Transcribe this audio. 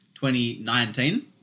2019